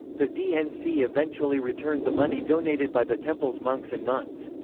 the dnc eventually returned the money donated by the temple's monks and nuns.